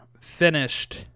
finished